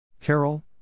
Carol